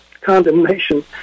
condemnation